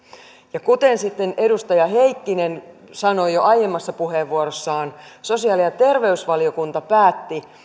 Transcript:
ja kuten sitten edustaja heikkinen sanoi jo aiemmassa puheenvuorossaan sosiaali ja terveysvaliokunta päätti